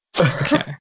Okay